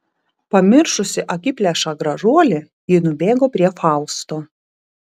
pamiršusi akiplėšą gražuolį ji nubėgo prie fausto